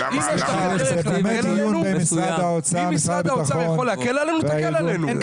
אם משרד האוצר יכול להקל עלינו תקל עלינו.